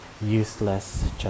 useless